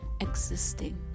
existing